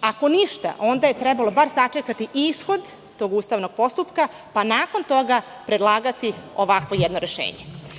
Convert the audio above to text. Ako ništa, onda je trebalo barem sačekati ishod tog ustavnog postupka, pa nakon toga predlagati ovakvo jedno rešenje. Kada